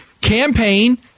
Campaign